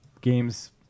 games